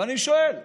ואני שואל: